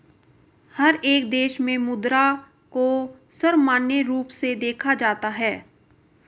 हर एक देश में मुद्रा को सर्वमान्य रूप से देखा जाता है